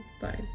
bye